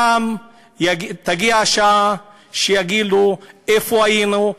ותגיע השעה שכולם יגידו: איפה היינו?